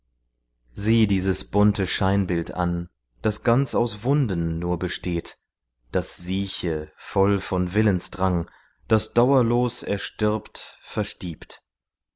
sieh dieses bunte scheinbild an das ganz aus wunden nur besteht das sieche voll von willensdrang das dauerlos erstirbt